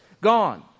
Gone